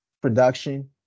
production